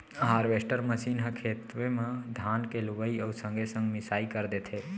harvester machine ह खेते म धान के लुवई अउ संगे संग मिंसाई कर देथे